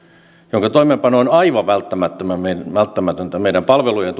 jonka toimeenpano on aivan välttämätöntä meidän palvelujen turvaamisen ja